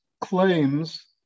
claims